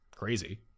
crazy